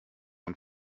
ein